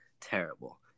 Terrible